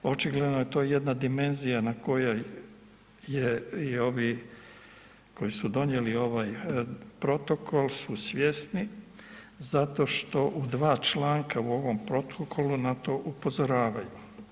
Očigledno je to jedna dimenzija na kojoj je i ovi koji su donijeli ovaj protokol su svjesni zato što u 2 članka u ovom protokolu na to upozoravaju.